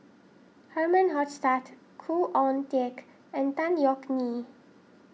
Herman Hochstadt Khoo Oon Teik and Tan Yeok Nee